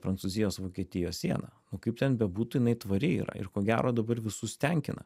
prancūzijos vokietijos siena o kaip ten bebūtų jinai tvari yra ir ko gero dabar visus tenkina